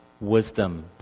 Wisdom